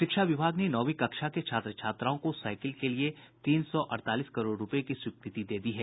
शिक्षा विभाग ने नौवीं कक्षा के छात्र छात्राओं को साईकिल के लिए तीन सौ अड़तालीस करोड़ रूपये की स्वीकृति दे दी है